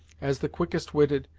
as the quickest witted,